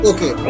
Okay